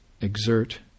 exert